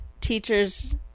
teachers